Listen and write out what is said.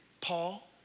Paul